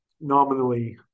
nominally